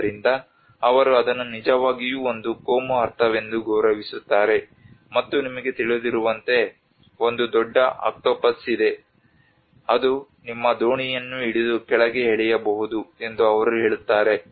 ಆದ್ದರಿಂದ ಅವರು ಅದನ್ನು ನಿಜವಾಗಿಯೂ ಒಂದು ಕೋಮುಅರ್ಥವೆಂದು ಗೌರವಿಸುತ್ತಾರೆ ಮತ್ತು ನಿಮಗೆ ತಿಳಿದಿರುವಂತೆ ಒಂದು ದೊಡ್ಡ ಆಕ್ಟೋಪಸ್ ಇದೆ ಅದು ನಿಮ್ಮ ದೋಣಿಯನ್ನು ಹಿಡಿದು ಕೆಳಗೆ ಎಳೆಯಬಹುದು ಎಂದು ಅವರು ಹೇಳುತ್ತಾರೆ